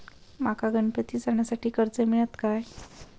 माका गणपती सणासाठी कर्ज मिळत काय?